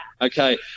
Okay